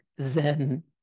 zen